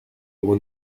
won